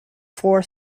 four